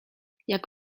jak